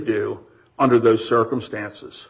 do under those circumstances